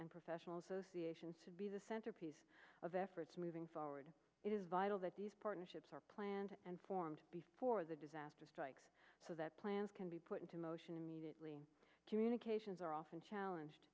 and professional associations to be the centerpiece of efforts moving forward it is vital that these partnerships are planned and formed before the disaster strikes so that plans can be put into motion immediately communications are often challenged